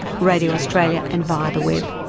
radio australia, and via the web.